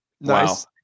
Nice